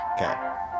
okay